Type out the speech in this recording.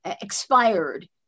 expired